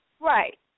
Right